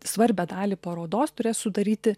svarbią dalį parodos turės sudaryti